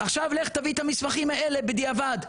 עכשיו לך ותביא את המסמכים האלה בדיעבד,